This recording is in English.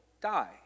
die